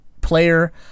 player